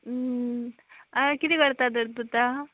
आं कितें करता तर तूं आतां